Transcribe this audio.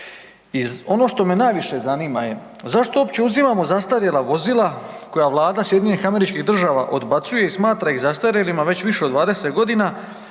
I ono što me najviše zanima je zašto uopće uzimamo zastarjela vozila koja vlada SAD-a odbacuje i smatra ih zastarjelima već više od 20 godina,